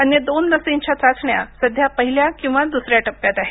अन्य दोन लसींच्या चाचण्या सध्या पहिल्या किंवा दुसऱ्या टप्प्यात आहेत